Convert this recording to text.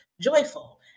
joyful